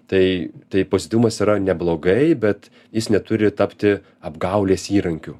tai tai pozityvumas yra neblogai bet jis neturi tapti apgaulės įrankiu